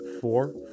four